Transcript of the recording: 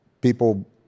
people